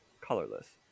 colorless